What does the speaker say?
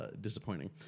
disappointing